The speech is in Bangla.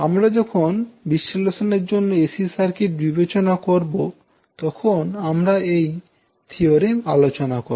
আমরা যখন বিশ্লেষণের জন্য এসি সার্কিট বিবেচনা করবো তখন আমরা এই থিওরেম আলোচনা করব